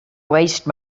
waste